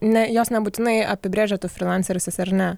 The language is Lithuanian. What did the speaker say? ne jos nebūtinai apibrėžia tu frylanceris esi ar ne